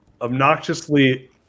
obnoxiously